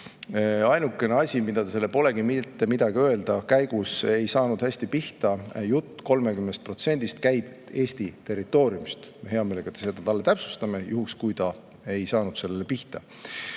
Ainuke asi, millele ta selle "polegi mitte midagi öelda" käigus ei saanud hästi pihta: jutt 30%-st käib Eesti territooriumist. Hea meelega seda talle täpsustame juhuks, kui ta ei saanud sellele pihta.